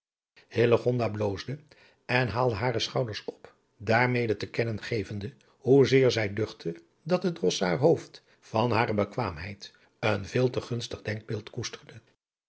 bloosde en haalde hare schouders op daarmede te kennen gevende hoezeer zij duchtte dat de drossaard hooft van hare bekwaamheid een veel te gunstig denkbeeld koesterde